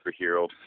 superhero